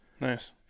nice